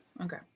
okay